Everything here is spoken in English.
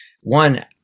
One